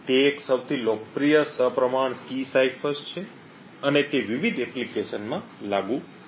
તે એક સૌથી લોકપ્રિય સપ્રમાણ કી સાઇફર્સ છે અને તે વિવિધ એપ્લિકેશનમાં લાગુ પડે છે